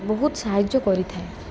ବହୁତ ସାହାଯ୍ୟ କରିଥାଏ